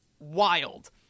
wild